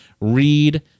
read